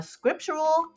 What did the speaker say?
Scriptural